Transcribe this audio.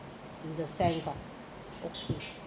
in the sense ah